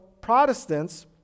Protestants